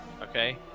Okay